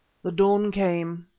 the dawn came,